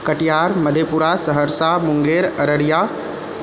Katihar Madhepura Saharsa Munger Araria